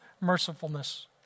mercifulness